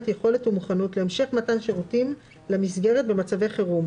יכולת ומוכנות להמשך מתן שירותים למסגרת במצבי חירום,